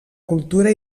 cultura